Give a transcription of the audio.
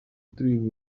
turiga